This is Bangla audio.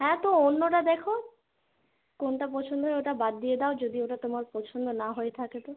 হ্যাঁ তো অন্যটা দেখুন কোনটা পছন্দ হয় ওটা বাদ দিয়ে দাও যদি ওটা তোমার পছন্দ না হয়ে থাকে তো